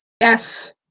Yes